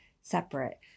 separate